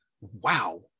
Wow